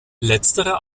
letzterer